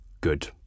good